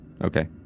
Okay